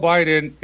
Biden